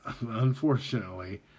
unfortunately